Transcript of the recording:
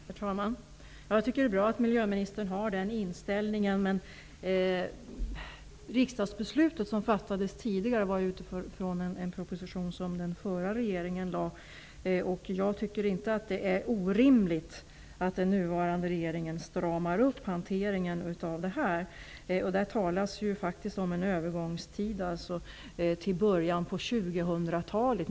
Herr talman! Jag tycker att det är bra att miljöministern har den inställningen, men riksdagsbeslutet som fattades tidigare utgick från en proposition som den förra regeringen lade fram. Jag tycker inte att det är orimligt att den nuvarande regeringen stramar upp hanteringen av detta. Där talas faktiskt om en övergångstid som sträcker sig till början av 2000-talet.